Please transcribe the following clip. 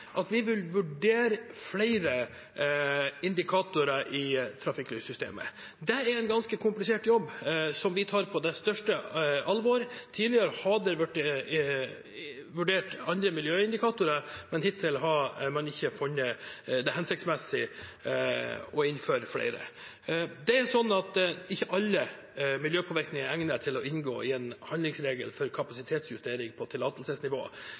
vil vurdere flere indikatorer i trafikklyssystemet. Det er en ganske komplisert jobb som vi tar på det største alvor. Tidligere har det vært vurdert andre miljøindikatorer, men hittil har man ikke funnet det hensiktsmessig å innføre flere. Ikke alle miljøpåvirkninger er egnet til å inngå i en handlingsregel for kapasitetsjustering på tillatelsesnivå.